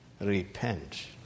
repent